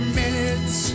minutes